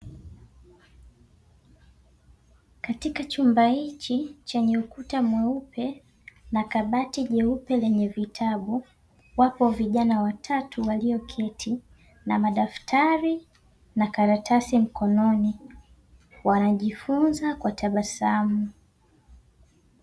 Katika chumba hichi chenye ukuta mweupe na kabati jeupe lenye vitabu, wapo vijana watatu walioketi na madaftari na karatasi mkononi wanajifunza kwa tabasamu.